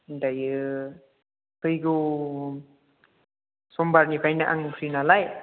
दायो फैगौ समबारनिफ्रायनो आं फ्रि नालाय